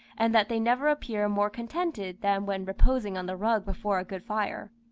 and that they never appear more contented than when reposing on the rug before a good fire.